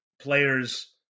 players